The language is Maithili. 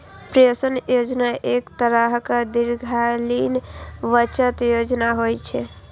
पेंशन योजना एक तरहक दीर्घकालीन बचत योजना होइ छै